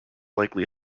likely